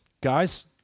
guys